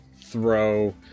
throw